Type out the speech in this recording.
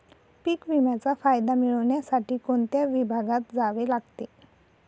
पीक विम्याचा फायदा मिळविण्यासाठी कोणत्या विभागात जावे लागते?